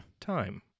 time